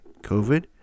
COVID